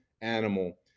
animal